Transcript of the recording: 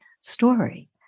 story